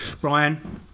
Brian